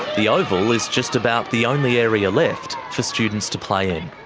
the oval is just about the only area left for students to play in.